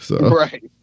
Right